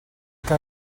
que